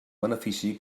benefici